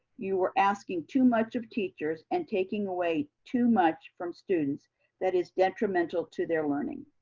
you are asking too much of teachers and taking away too much from students that is detrimental to their learning.